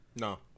No